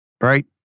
Right